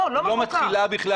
לא מתחילה בכלל.